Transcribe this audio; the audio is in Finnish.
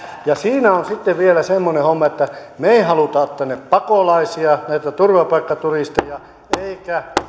ja siinä on sitten vielä semmoinen homma että me emme halua ottaa näitä pakolaisia näitä turvapaikkaturisteja emmekä